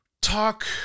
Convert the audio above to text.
talk